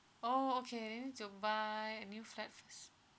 oh okay they need to buy a new flat first